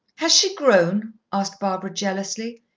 has she grown? asked barbara jealously.